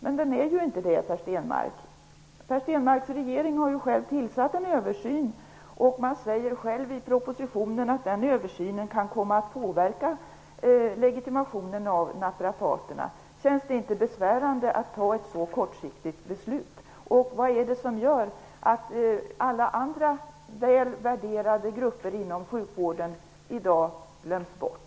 Men det är den ju inte. Regeringen har tagit initiativ till en översyn. Man säger i propositionen att den översynen kan komma att påverka legitimeringen av naprapaterna. Känns det inte besvärande att fatta ett så kortsiktigt beslut? Vad är det som gör att alla andra högt värderade grupper inom sjukvården i dag glöms bort?